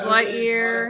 Lightyear